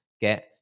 Get